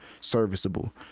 serviceable